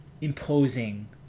imposing